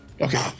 Okay